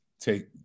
Take